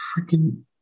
freaking